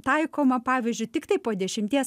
taikoma pavyzdžiui tiktai po dešimties